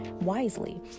wisely